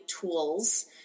tools